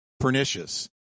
pernicious